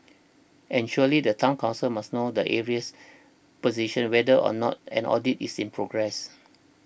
and surely the Town Council must know the arrears position whether or not an audit is in progress